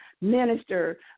minister